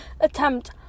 attempt